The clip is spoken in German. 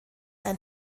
ein